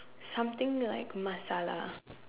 something like masala